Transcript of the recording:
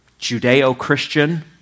Judeo-Christian